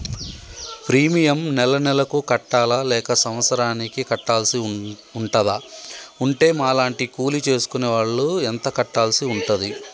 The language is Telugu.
ప్రీమియం నెల నెలకు కట్టాలా లేక సంవత్సరానికి కట్టాల్సి ఉంటదా? ఉంటే మా లాంటి కూలి చేసుకునే వాళ్లు ఎంత కట్టాల్సి ఉంటది?